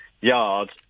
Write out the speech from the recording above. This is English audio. yards